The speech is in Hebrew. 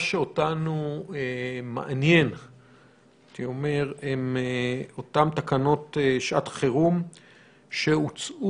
הייתי אומר שמה שאותנו מעניין הן אותן תקנות שעת חירום שהוצאו